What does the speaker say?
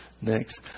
Next